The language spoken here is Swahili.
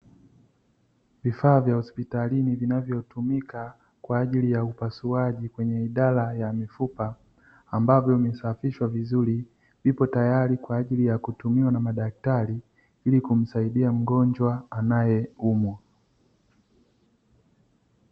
Vifaa vya hospitalini vinavyotumika kwa ajili ya upasuaji kwenye idara ya mifupa, ambavyo vimesafishwa vizuri, vipo tayari kwa ajili ya kutumiwa na madaktari, ili kumsaidia mgonjwa anayeumwa.